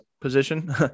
position